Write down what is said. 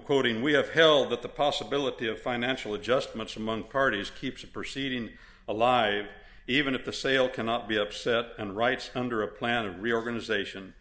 quoting we have held that the possibility of financial adjustments among the parties keeps a proceeding alive even if the sale cannot be upset and rights under a plan a reorganization